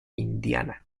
indiana